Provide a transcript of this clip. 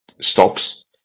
stops